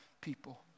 people